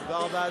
תנמק.